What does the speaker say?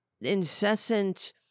incessant